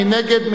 מי נגד?